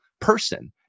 person